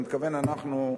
אני מתכוון אנחנו,